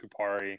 Kupari